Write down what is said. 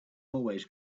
always